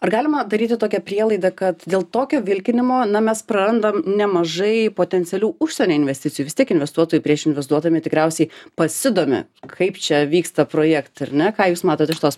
ar galima daryti tokią prielaidą kad dėl tokio vilkinimo na mes prarandam nemažai potencialių užsienio investicijų vis tiek investuotojai prieš investuodami tikriausiai pasidomi kaip čia vyksta projektai ar ne ką jūs matot iš tos